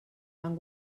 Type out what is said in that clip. han